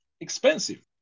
Expensive